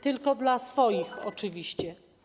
Tylko dla swoich oczywiście.